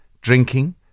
drinking